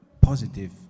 positive